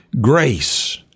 grace